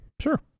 Sure